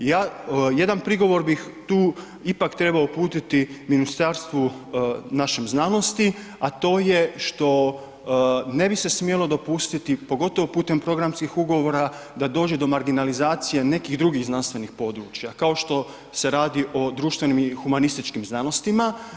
Ja jedan prigovor bih tu ipak trebao uputiti Ministarstvu našem znanosti, a to je što ne bi se smjelo dopustiti, pogotovo putem programskih ugovora, da dođe do marginalizacije nekih drugih znanstvenih područja, kao što se radi o društvenim i humanističkim znanostima.